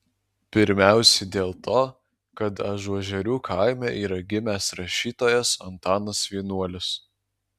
pirmiausiai dėl to kad ažuožerių kaime yra gimęs rašytojas antanas vienuolis